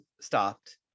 stopped